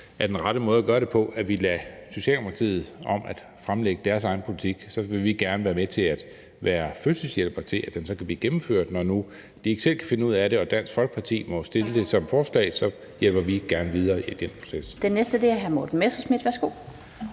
er den rette måde at gøre det på, altså at vi lader Socialdemokratiet om at fremlægge sin egen politik. Så vil vi gerne være med til at være fødselshjælper, så den kan blive gennemført, når nu de ikke selv kan finde ud af det. Og Dansk Folkeparti må fremsætte det som forslag, og så hjælper vi gerne til videre i den proces.